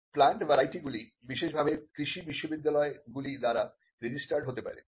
plant variety গুলি বিশেষভাবে কৃষি বিশ্ববিদ্যালয়গুলি দ্বারা রেজিস্টার্ড হতে পারে